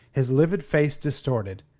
his livid face distorted.